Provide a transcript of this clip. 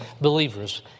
believers